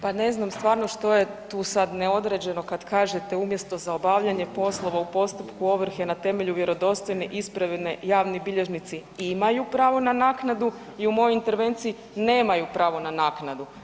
Pa ne znam stvarno što je tu sad neodređeno kad kažete umjesto za obavljanje poslova u postupku ovrhe na temelju vjerodostojne isprave javni bilježnici „imaju pravo na naknadu“ i u mojoj intervenciji „nemaju pravo na naknadu“